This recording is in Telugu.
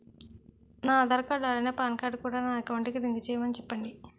నా ఆధార్ కార్డ్ అలాగే పాన్ కార్డ్ కూడా నా అకౌంట్ కి లింక్ చేయమని చెప్పండి